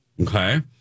Okay